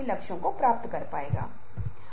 यह उन मुद्दों में से एक है जिन्हें आप यहां देखते हैं